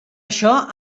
això